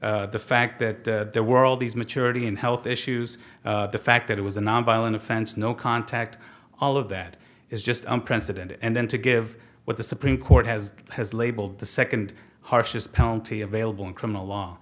offender the fact that there were all these maturity and health issues the fact that it was a nonviolent offense no contact all of that is just unprecedented and then to give what the supreme court has has labeled the second harshest penalty available in criminal law